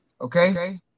Okay